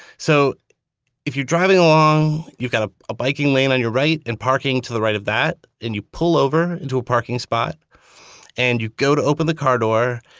so if you're driving along, you've got a biking lane on your right, and parking to the right of that. and you pull over into a parking spot and you go to open the car door,